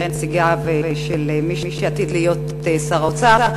נציגיו של מי שעתיד להיות שר האוצר,